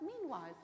meanwhile